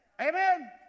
Amen